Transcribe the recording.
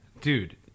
Dude